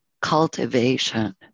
Cultivation